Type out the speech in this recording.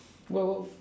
well well